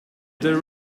there